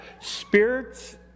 spirits